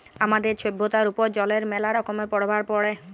আমাদের ছভ্যতার উপর জলের ম্যালা রকমের পরভাব পড়ে